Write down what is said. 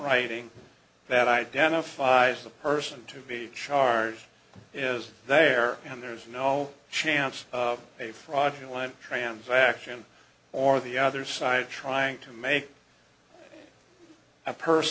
writing that identifies the person to be charge is there and there's no chance of a fraudulent transaction or the other side trying to make a person